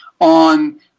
on